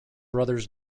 brothers